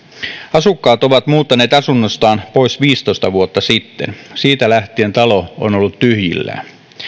asukkaat ovat muuttaneet asunnostaan pois viisitoista vuotta sitten siitä lähtien talo on ollut tyhjillään